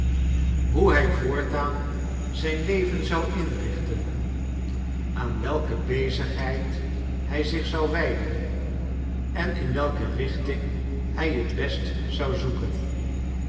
hoe hij voortaan zijn leven zou inrichten aan welke bezigheid hij zich zou wijden en in welke richting hij het best zou zoeken